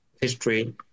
history